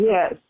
Yes